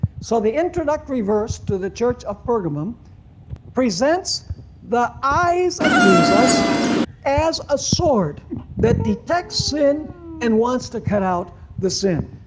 so the introductory verse to the church of pergamum presents the eyes of jesus as a sword that detects sin and wants to cut out the sin.